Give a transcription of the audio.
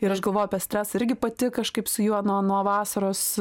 ir aš galvoju apie stresą irgi pati kažkaip su juo nuo nuo vasaros